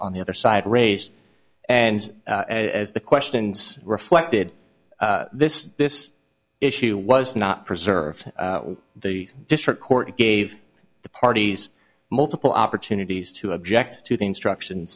on the other side raised and as the questions reflected this this issue was not preserved the district court gave the parties multiple opportunities to object to the instruction